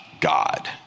God